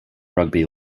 rugby